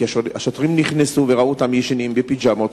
כי השוטרים נכנסו וראו אותם ישנים בפיג'מות,